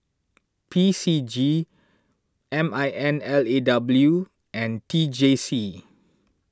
P C G M I N L A W and T J C